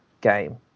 game